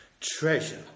treasure